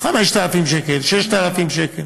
5,000 שקל, 6,000 שקל.